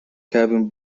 cabin